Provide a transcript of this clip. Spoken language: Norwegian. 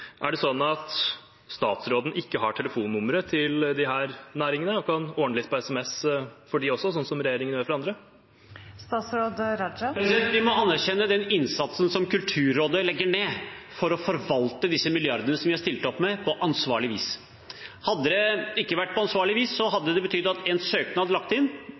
Er det sånn at statsråden ikke har telefonnumre til disse næringene og kan ordne litt på SMS for dem også, sånn som regjeringen gjør for andre? Vi må anerkjenne den innsatsen som Kulturrådet legger ned for å forvalte disse milliardene som vi har stilt opp med, på ansvarlig vis. Hadde det ikke vært på ansvarlig vis, hadde det betydd at en søknad lagt inn